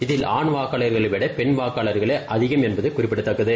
இதில் ஆண் வாக்காளர்களை விட பெண் வாக்காளர்கள் அதிகம் என்பது குறிப்பிடத்தக்கது